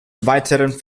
weiteren